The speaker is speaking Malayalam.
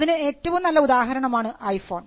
അതിന് ഏറ്റവും നല്ല ഉദാഹരണമാണ് ഐഫോൺ